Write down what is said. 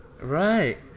Right